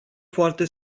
foarte